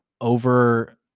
over